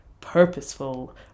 purposeful